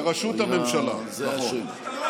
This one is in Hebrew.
לראשות הממשלה, נכון.